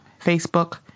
Facebook